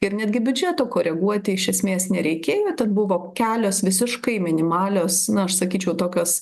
ir netgi biudžeto koreguoti iš esmės nereikėjo tad buvo kelios visiškai minimalios na aš sakyčiau tokios